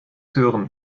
hören